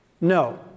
No